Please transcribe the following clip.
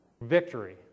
victory